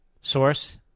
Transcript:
Source